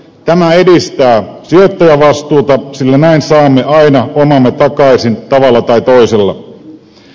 tämä edistää sijoittajavastuuta sillä näin saamme aina omamme takaisin tavalla tai toisella